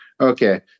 okay